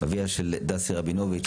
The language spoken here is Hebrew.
אביה של דסי רבינוביץ',